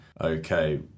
okay